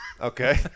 Okay